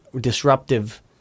disruptive